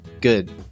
good